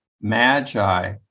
Magi